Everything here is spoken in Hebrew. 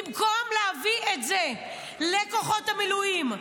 במקום להביא את זה לכוחות המילואים,